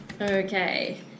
Okay